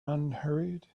unhurried